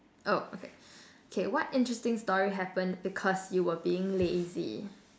oh okay K what interesting story happened because you were being lazy